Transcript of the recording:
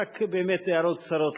רק באמת הערות קצרות.